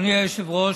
אדוני היושב-ראש,